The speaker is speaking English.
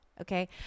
okay